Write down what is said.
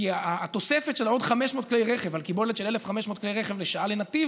כי תוספת של עוד 500 כלי רכב על קיבולת של 1,500 כלי רכב לשעה לנתיב